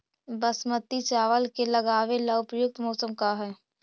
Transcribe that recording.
बासमती चावल के लगावे ला उपयुक्त मौसम का है?